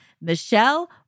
Michelle